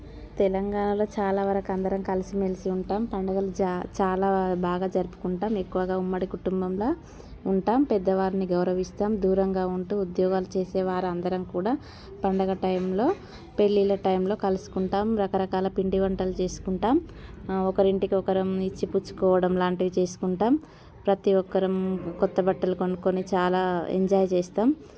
తెలంగాణలో చాలావరకు అందరం కలిసిమెలిసి ఉంటాము పండుగలు చా చాలా బాగా జరుపుకుంటాము ఎక్కువగా ఉమ్మడి కుటుంబంలా ఉంటాము పెద్దవారిని గౌరవిస్తాము దూరంగా ఉంటూ ఉద్యోగాలు చేసే వారందరం కూడా పండగ టైంలో పెళ్ళిళ్ళ టైంలో కలుసుకుంటాము రకరకాల పిండి వంటలు చేసుకుంటాము ఒకరి ఇంటికి ఒకరం ఇచ్చి పుచ్చుకోవడం లాంటివి చేసుకుంటాము ప్రతి ఒక్కరం కొత్త బట్టలు కొనుక్కొని చాలా ఎంజాయ్ చేస్తాము